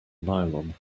nylon